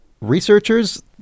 Researchers